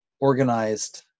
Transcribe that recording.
organized